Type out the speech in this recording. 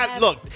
look